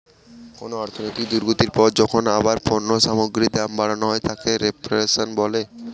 কোন অর্থনৈতিক দুর্গতির পর যখন আবার পণ্য সামগ্রীর দাম বাড়ানো হয় তাকে রেফ্ল্যাশন বলে